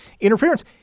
interference